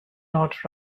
not